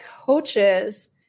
coaches